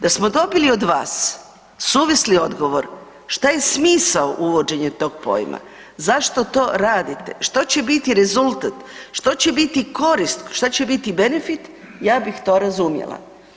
Da smo dobili od vas suvisli odgovor šta je smisao uvođenja tog pojma, zašto to radite, što će biti rezultat, što će biti korist, šta će biti benefit, ja bih to razumjela.